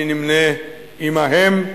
אני נמנה עמהם,